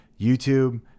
YouTube